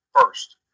first